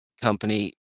company